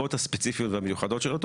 שבנסיבות הספציפיות והמיוחדות של אותו